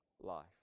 life